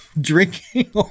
drinking